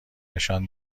نشان